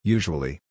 Usually